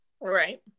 Right